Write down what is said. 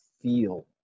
feel